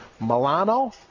Milano